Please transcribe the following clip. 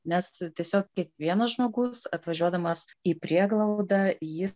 nes tiesiog kiekvienas žmogus atvažiuodamas į prieglaudą jis